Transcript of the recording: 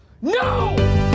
No